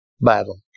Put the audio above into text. battle